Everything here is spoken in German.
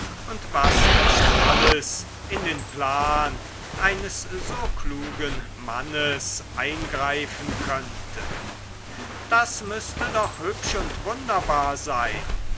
und was nicht alles in den plan eines so klugen mannes eingreifen könnte das müßte doch hübsch und wunderbar sein